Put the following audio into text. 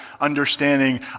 understanding